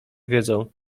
wiedzą